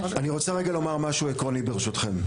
אני רוצה רגע לומר משהו עקרוני, ברשותכם.